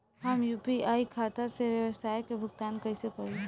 हम यू.पी.आई खाता से व्यावसाय के भुगतान कइसे करि?